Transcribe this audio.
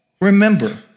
Remember